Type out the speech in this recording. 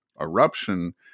eruption